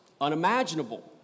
unimaginable